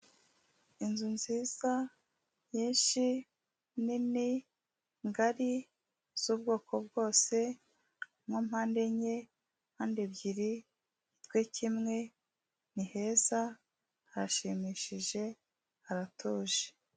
Inzu nziza nyinshi, nini, ngari, z'ubwoko bwose, nka mpande enye, mpande ebyiri, zubatswe kimwe, ni heza, harashimishije, haratuje.